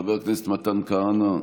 חבר הכנסת מתן כהנא,